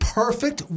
perfect